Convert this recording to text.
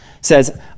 says